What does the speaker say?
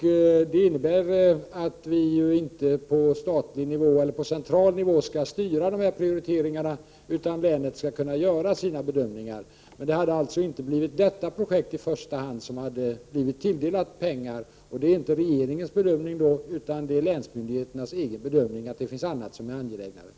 39 Prioriteringarna styrs således inte från central nivå, utan länen skall kunna göra sina bedömningar, och det har inneburit att det inte blivit detta projekt som i första hand tilldelats pengar. Det är inte regeringens bedömning, utan det är länsmyndigheternas bedömning att det finns annat som är angelägnare.